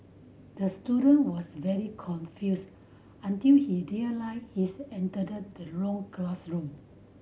the student was very confused until he realised he's entered the wrong classroom